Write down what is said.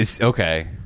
Okay